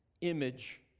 image